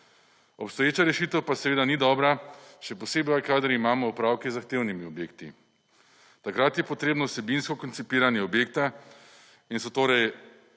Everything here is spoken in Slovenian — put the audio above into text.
Obstoječa rešitev pa seveda ni dobro še posebej, kadar imamo opravke z zahtevnimi objekti takrat je potrebno vsebinsko koncipiranje objekta in so torej